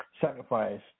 sacrifice